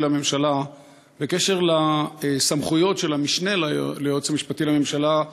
לממשלה בקשר לסמכויות של המשנה ליועץ המשפטי לממשלה,